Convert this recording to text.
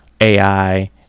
AI